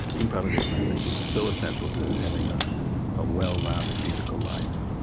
improvisation, i think, is so essential to having a ah well-rounded musical life.